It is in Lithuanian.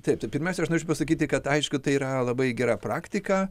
taip tai pirmiausia aš norėčiau pasakyti kad aišku tai yra labai gera praktika